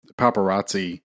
paparazzi